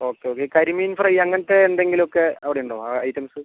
okay okay ഈ karimeen fry അങ്ങനത്തെ എന്തെങ്കിലും ഒക്കെ അവിടെ ഉണ്ടോ ആ ഐറ്റംസ്